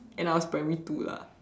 and I was primary two lah